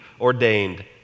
ordained